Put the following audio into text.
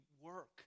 work